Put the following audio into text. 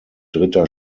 dritter